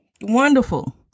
Wonderful